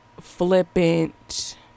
flippant